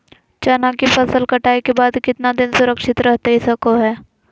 चना की फसल कटाई के बाद कितना दिन सुरक्षित रहतई सको हय?